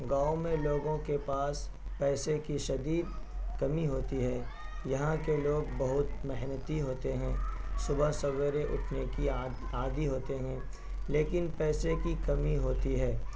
گاؤں میں لوگوں کے پاس پیسے کی شدید کمی ہوتی ہے یہاں کے لوگ بہت محنتی ہوتے ہیں صبح سویرے اٹھنے کی عادی ہوتے ہیں لیکن پیسے کی کمی ہوتی ہے